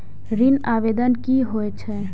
ऋण आवेदन की होय छै?